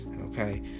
okay